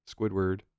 Squidward